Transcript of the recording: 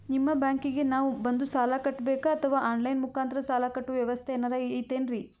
ನಿಮ್ಮ ಬ್ಯಾಂಕಿಗೆ ನಾವ ಬಂದು ಸಾಲ ಕಟ್ಟಬೇಕಾ ಅಥವಾ ಆನ್ ಲೈನ್ ಮುಖಾಂತರ ಸಾಲ ಕಟ್ಟುವ ವ್ಯೆವಸ್ಥೆ ಏನಾರ ಐತೇನ್ರಿ?